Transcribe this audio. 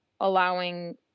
allowing